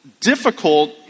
difficult